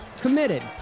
committed